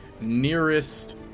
nearest